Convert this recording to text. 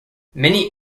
many